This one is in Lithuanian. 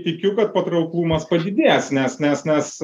tikiu kad patrauklumas padidės nes nes nes